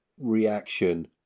reaction